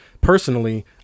Personally